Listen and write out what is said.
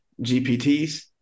GPTs